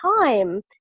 time